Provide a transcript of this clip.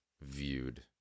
viewed